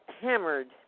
hammered